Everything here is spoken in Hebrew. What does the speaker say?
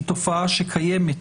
היא תופעה שקיימת